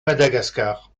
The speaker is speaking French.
madagascar